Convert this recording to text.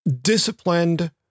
disciplined